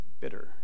bitter